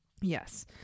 yes